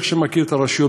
כמו שמכיר את הרשויות,